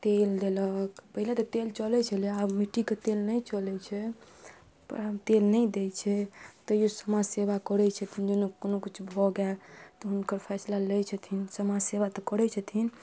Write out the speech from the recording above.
तेल देलक पहिले तऽ तेल चलै छलै आब मिट्टी के तेल नहि चलै छै तेल नहि दै छै तैयो समाज सेवा करै छथिन जेना कोनो किछु भऽ गेल तऽ हुनकर फैसला लै छथिन समाज सेवा तऽ करै छथिन